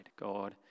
God